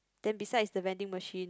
then beside is the vending machine